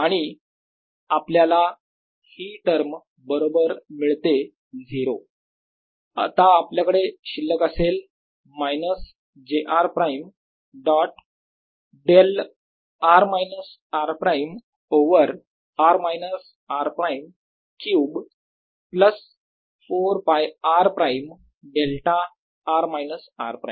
आणि आपल्याला हि टर्म बरोबर मिळते 0 आता आपल्याकडे शिल्लक असेल minus j r prime dot del r minus r prime over r minus r prime cube plus 4π r prime delta r minus r prime